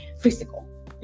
physical